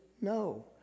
no